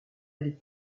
les